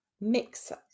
mixer